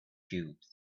cubes